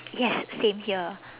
yes same here